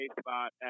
spot